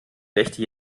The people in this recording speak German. rechte